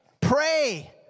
Pray